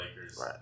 Lakers